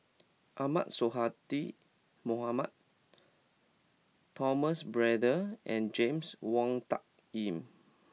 Ahmad Sonhadji Mohamad Thomas Braddell and James Wong Tuck Yim